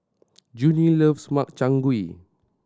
Junie loves Makchang Gui